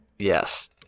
Yes